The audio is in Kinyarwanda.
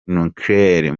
nucleaire